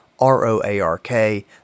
R-O-A-R-K